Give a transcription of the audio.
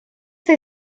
they